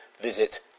Visit